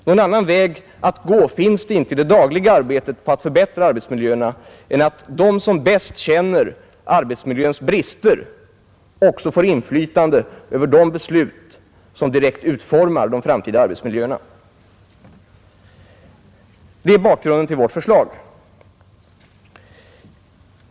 Någon annan väg att gå finns det inte i det dagliga arbetet på att förbättra arbetsmiljöerna än att de som bäst känner arbetsmiljöns brister också får inflytande över de beslut som direkt utformar de framtida arbetsmiljöerna. Det är bakgrunden till vårt förslag.